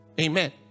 Amen